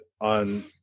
on